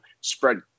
spread